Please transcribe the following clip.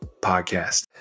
podcast